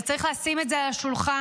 וצריך לשים את זה על השולחן.